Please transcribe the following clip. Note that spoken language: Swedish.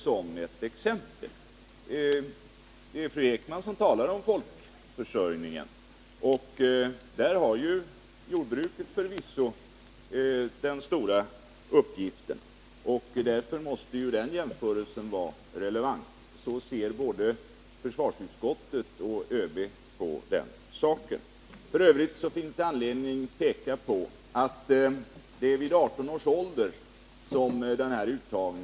Det är Kerstin Ekman som talar om folkförsörjningen, och där har förvisso jordbruket stora uppgifter. Därför måste den jämförelsen vara relevant. Så ser både försvarsutskottet och ÖB på saken. Det finns f. ö. anledning att påpeka att uttagningen till värnpliktstjänstgöring sker vid 18 års ålder.